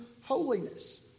holiness